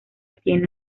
tiene